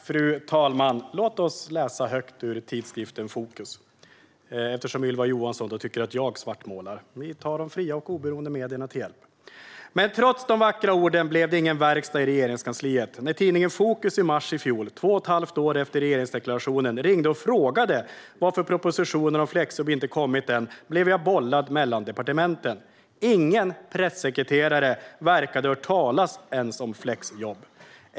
Fru talman! Låt mig läsa högt ur tidskriften Fokus. Eftersom Ylva Johansson tycker att jag svartmålar tar vi de fria och oberoende medierna till hjälp: "Men trots de vackra orden blev det ingen verkstad i regeringskansliet. När Fokus i mars i fjol - 2,5 år efter regeringsdeklarationen - ringde och frågade varför propositionen om flexjobb inte kommit än blev jag bollad mellan departementen. Ingen pressekreterare verkade ha hört talas om 'flexjobb'.